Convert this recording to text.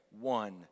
one